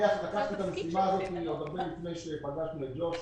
את המשימה הזאת עוד הרבה לפני שפגשתי בג'וש.